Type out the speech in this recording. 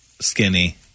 skinny